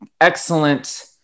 excellent